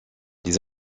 les